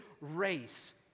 race